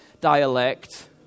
dialect